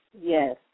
Yes